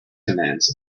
commands